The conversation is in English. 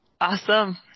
Awesome